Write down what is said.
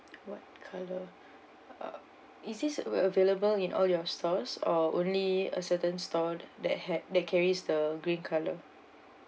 what colour uh is this available in all your stores or only a certain store that had that carries the green colour